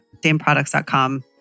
dameproducts.com